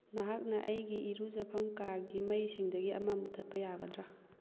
ꯅꯍꯥꯛꯅ ꯑꯩꯒꯤ ꯏꯔꯨꯖꯐꯝ ꯀꯥꯒꯤ ꯃꯩꯁꯤꯡꯗꯒꯤ ꯑꯃ ꯃꯨꯊꯠꯄ ꯌꯥꯒꯗ꯭ꯔꯥ